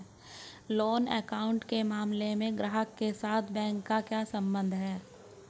Loan account के मामले में ग्राहक के साथ बैंक का क्या संबंध है?